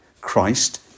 Christ